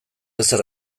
ezer